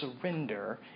surrender